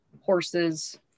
horses